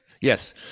yes